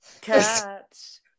Cats